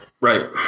right